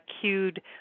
cued